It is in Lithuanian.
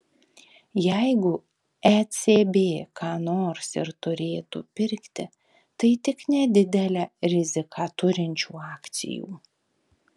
jeigu ecb ką nors ir turėtų pirkti tai tik nedidelę riziką turinčių akcijų